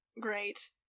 great